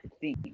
theme